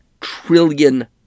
trillion